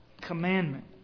commandment